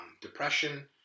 depression